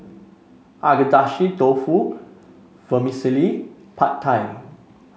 Agedashi Dofu Vermicelli Pad Thai